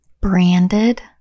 branded